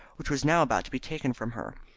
which was now about to be taken from her.